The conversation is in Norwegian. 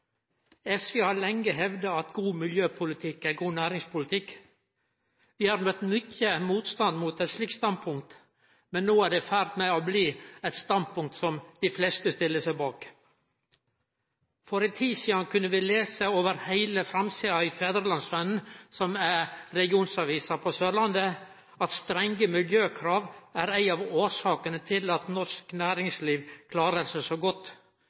SV har lenge hevda at god miljøpolitikk er god næringspolitikk. Vi har møtt mykje motstand mot eit slikt standpunkt, men no er det i ferd med å bli eit standpunkt som dei fleste stiller seg bak. For ei tid sidan kunne vi lese over heile framsida av Fædrelandsvennen, som er regionsavisa på Sørlandet, at strenge miljøkrav er ei av årsakene til at norsk næringsliv klarar seg så godt,